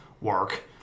work